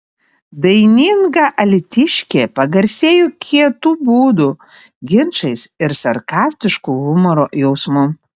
daininga alytiškė pagarsėjo kietu būdu ginčais ir sarkastišku humoro jausmu